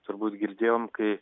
turbūt girdėjom kai